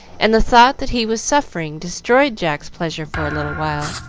and the thought that he was suffering destroyed jack's pleasure for a little while.